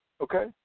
Okay